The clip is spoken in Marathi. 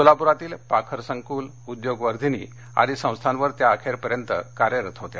सोलाप्रातील पाखर संकूल उद्योगवर्धिनी आदी संस्थांवर त्या अखेरपर्यंत कार्यरत होत्या